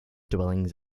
dwellings